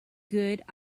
good